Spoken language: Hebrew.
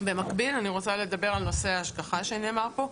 במקביל אני רוצה לדבר על נושא ההשגחה שדובר פה,